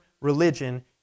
religion